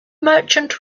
merchant